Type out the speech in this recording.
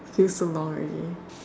feels so long already